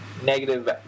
negative